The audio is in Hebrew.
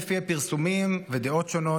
לפי הפרסומים ודעות שונות,